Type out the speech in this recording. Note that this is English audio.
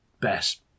best